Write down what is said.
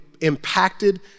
impacted